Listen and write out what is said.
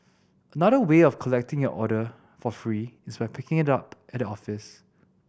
another way of collecting your order for free is by picking it up at the office